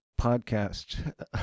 podcast